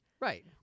Right